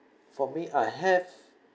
for me I have